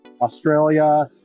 Australia